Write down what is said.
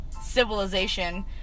civilization